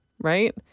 right